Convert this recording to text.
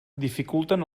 dificulten